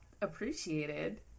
appreciated